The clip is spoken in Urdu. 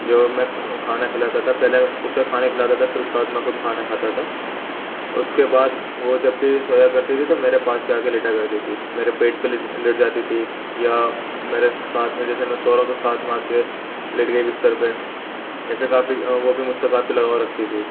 جو میں کھانا کھلاتا تھا پہلے اسے کھانا کھلاتا تھا اس کے بعد میں خود کھانا کھاتا تھا اور اس کے بعد وہ جب بھی سویا کرتی تھی تو میرے پاس ہی آ کے لیٹا کرتی تھی میرے پیٹ پہ لیٹ جاتی تھی یا میرے ساتھ میں جیسے میں سو رہا ہوں تو ساتھ میں آ کے لیٹ گئی بستر پہ ایسے کافی وہ بھی مجھ سے کافی لگاؤ رکھتی تھی